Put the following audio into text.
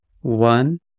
one